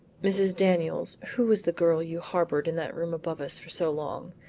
mrs. daniels, who was the girl you harbored in that room above us for so long?